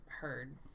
heard